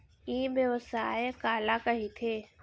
ई व्यवसाय काला कहिथे?